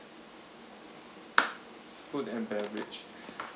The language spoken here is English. food and beverage